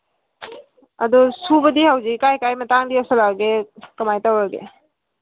ꯑꯗꯣ ꯁꯨꯕꯗꯤ ꯍꯧꯖꯤꯛ ꯀꯗꯥꯏ ꯀꯗꯥꯏ ꯃꯇꯥꯡ ꯌꯧꯁꯜꯂꯛꯑꯒꯦ ꯀꯔꯃꯥꯏꯅ ꯇꯧꯔꯒꯦ